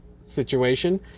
situation